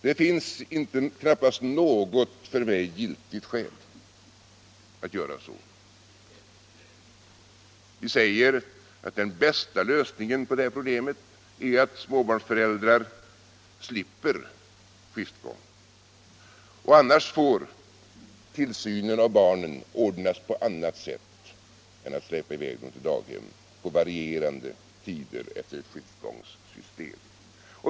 Det finns knappast något för mig giltigt skäl att göra så: Vi säger att den bästa lösningen på detta problem är att småbarnsföräldrar slipper skiftgång. Annars får tillsynen av barnen ordnas på annat sätt än att man släpar i väg dem till daghem på varierande tider efter skiftgångssystem.